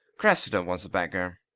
cressida was a beggar.